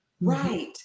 Right